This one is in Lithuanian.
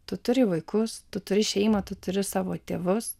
tu turi vaikus tu turi šeimą turi savo tėvus